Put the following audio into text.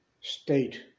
state